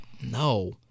no